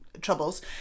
troubles